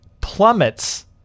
plummets